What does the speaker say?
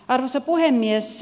arvoisa puhemies